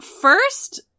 first